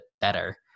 better